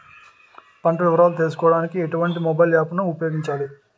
పంట వివరాలు తెలుసుకోడానికి ఎటువంటి మొబైల్ యాప్ ను ఉపయోగించాలి?